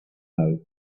know